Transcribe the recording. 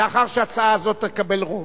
לאחר שההצעה הזאת תקבל רוב.